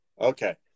Okay